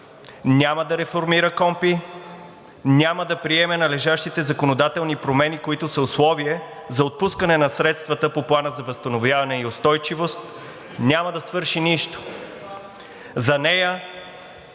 Няма да реформира КПКОНПИ, няма да приеме належащите законодателни промени, които са условие за отпускане на средствата по Плана за възстановяване и устойчивост, няма да свърши нищо. За нея